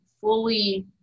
fully